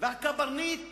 והקברניט